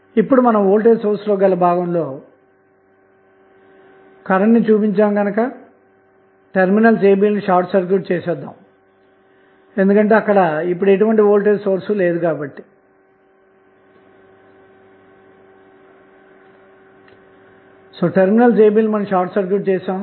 ఇప్పుడు load resistance అన్నది Thevenin resistance కు సమానమైనప్పుడు మాత్రమే గరిష్ట పవర్ బదిలీ జరుగుతుందని మనం గతంలో చెప్పుకున్నాము